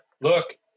Look